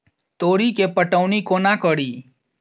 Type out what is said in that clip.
तोरी केँ पटौनी कोना कड़ी?